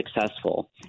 successful